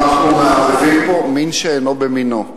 אנחנו מערבבים פה מין בשאינו מינו.